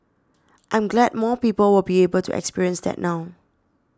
I'm glad more people will be able to experience that now